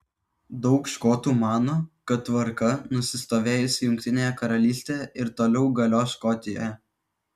daug škotų mano kad tvarka nusistovėjusi jungtinėje karalystėje ir toliau galios škotijoje